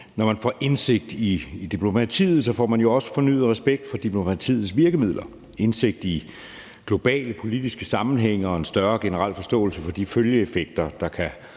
når man får indsigt i diplomatiet, får man jo også fornyet respekt for diplomatiets virkemidler, indsigt i globale politiske sammenhænge og en større generel forståelse for de følgeeffekter, man kan